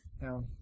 Now